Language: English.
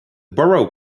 borough